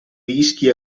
rischi